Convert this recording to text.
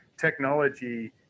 Technology